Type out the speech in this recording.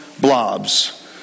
blobs